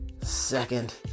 second